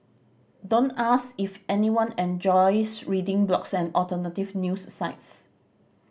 don't ask if anyone enjoys reading blogs and alternative news sites